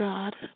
God